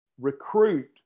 recruit